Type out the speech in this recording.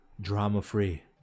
drama-free